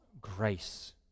grace